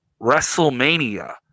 wrestlemania